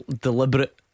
deliberate